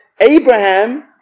Abraham